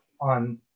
on